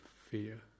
fear